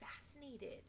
fascinated